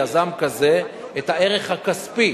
יזם כזה, הערך הכספי